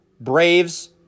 Braves